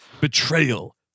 betrayal